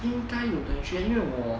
应该有 pension 因为我